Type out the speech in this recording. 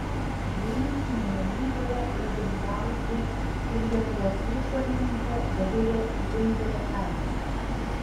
deimantinėje lygoje yra dalyvavusi ir lietuvos trišuolininkė dovilė dzindzaletaitė